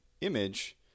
image